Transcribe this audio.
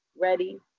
ready